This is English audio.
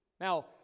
Now